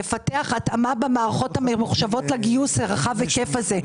לפתח התאמה במערכות הממוחשבות לגיוס רחב ההיקף הזה.